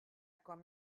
com